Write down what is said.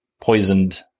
poisoned